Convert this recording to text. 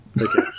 Okay